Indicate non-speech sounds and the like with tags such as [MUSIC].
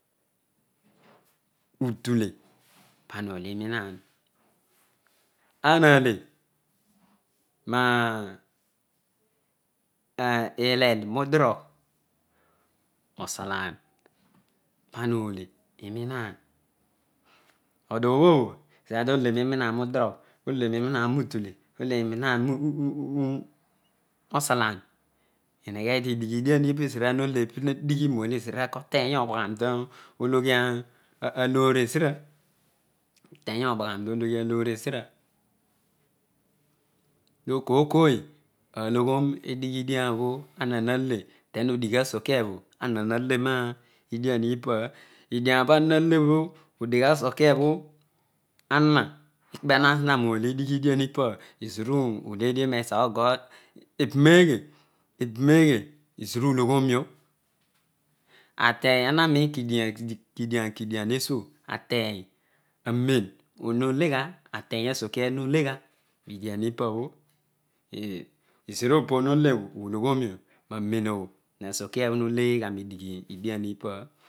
Udule pana ole iaruaah anale malle mudurogh nosalaar para ole inilaar but obho ezira tole nrninaan mudurugh ole mian mudule oleninu mosalaan oneghedi inighedian iipabho ezira nole obho punedighi ezira koteny obaghane toloyhi alooy obho tezira [UNINTELLIGIBLE] okooy ooy aloghom edighedian obho ana le nodigh asokia obho ana nale nediah ipabho edian obho ana ikpiana zina mole idighedia ipabho ezira uledio mesogo eburo ghe eburoghe kedian kedio tesuo ateny asokia olo mo legha midian ipabho [HESITATION] ezira obonolebho uloghonlo anehobho hasokia bho noleghia medigh ipabho